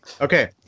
Okay